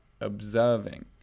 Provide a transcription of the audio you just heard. observing